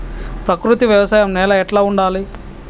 ప్రకృతి వ్యవసాయం నేల ఎట్లా ఉండాలి?